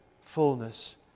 fullness